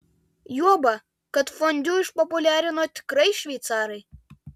juoba kad fondiu išpopuliarino tikrai šveicarai